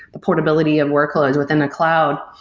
the portability of workloads within a cloud?